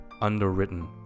underwritten